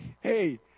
hey